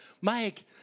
Mike